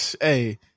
hey